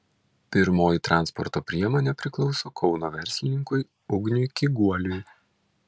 pirmoji transporto priemonė priklauso kauno verslininkui ugniui kiguoliui